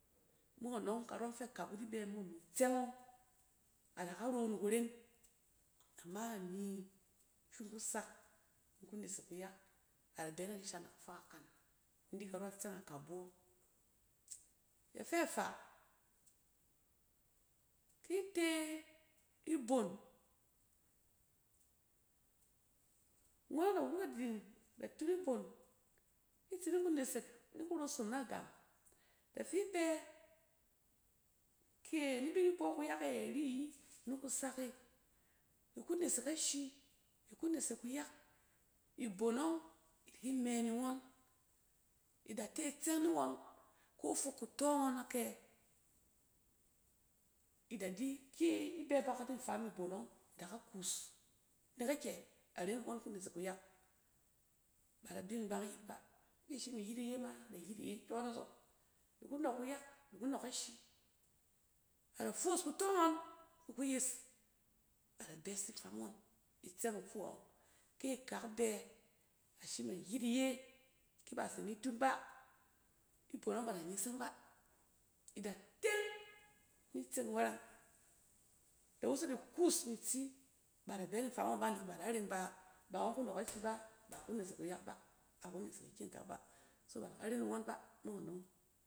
Mok anↄng fɛ akabu di bɛ mo mi itsɛng ↄng. a da aka ro ni kuren, ama mi fi in ku sak, in ku nesek kuyak ada bɛ na di shan na kafa kakan in di karↄ itsɛng akabu yↄng. Ifɛ faa, da tun ibon ni tsi ni ku nesek, ni ku rosom na gam. Da fi bɛ, ke ini bi ni bↄ kuyak na yɛt ari ayi ni ku sak e iku nesek ashi, iku nesek kuyak, ibon nↄng di ki me ni ngↄn. Ida te tsɛng ni ngↄn ko ifok kutↄ ngↄn akyɛ ida di kɛ ibɛ bakat na fam ibon nↄng, id aka kus, nek akyɛ? Aren ngↄn ku nesek kuyak. A da bi ngbang iyit ba, ki shim iyit ma, da yit iyɛ kyↄn azↄng. di ku nↄk kuyak, di ku nↄk ashi, a da foos kutↄ ngↄn fi kuyes ada bɛs ni fam ngↄn, itsɛng ifu yↄng. Ke akak bɛ a shim ayit iye, ba ise ni dun ba, ibon ↄng ba da nyeseng ba, ida teng ni tseng wɛrɛng. da woso di kuus ni tsi ba ida bɛ ni faam ngↄn ba nek ba ida ren ba. Ba ngↄn ku nↄk ashi ba, ba iku nesek kuyak ba, ba ku nesek ikyɛng kak ba, so ba da ka ren ngↄn ba mok anↄng.